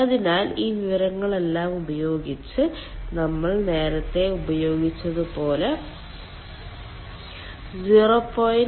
അതിനാൽ ഈ വിവരങ്ങളെല്ലാം ഉപയോഗിച്ച് നമ്മൾ നേരത്തെ ഉപയോഗിച്ചതുപോലെ 0